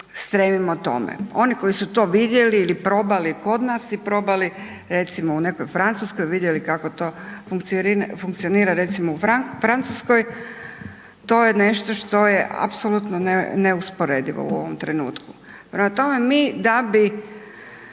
stremimo tome. Oni koji su to vidjeli ili probali kod nas i probali recimo, u nekoj Francuskoj, vidjeli kako to funkcionira recimo u Francuskoj, to je nešto što je apsolutno neusporedivo u ovom trenutku. Prema tome mi, da bi